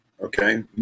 okay